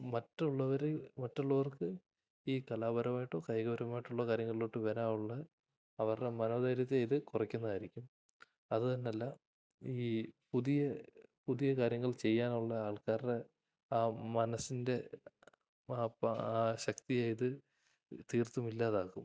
മറ്റുള്ളവര് മറ്റുള്ളവർക്ക് ഈ കലാപരമായിട്ടോ കായികപരമായിട്ടുള്ള കാര്യങ്ങൾളിലോട്ടു വരാനുള്ള അവരുടെ മനോധൈര്യത്തെ ഇത് കുറയ്ക്ക്ന്നതായിരിക്കും അതു തന്നെയല്ല ഈ പുതിയ പുതിയ കാര്യങ്ങൾ ചെയ്യാനുള്ള ആൾക്കാരുടെ ആ മനസ്സിൻ്റെ ആ ശക്തിയെ ഇത് തീർത്തുമില്ലാതാക്കും